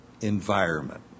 environment